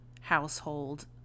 household